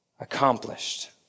accomplished